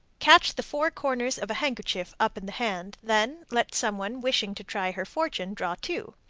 catch the four corners of a handkerchief up in the hand, then let some one wishing to try her fortune draw two.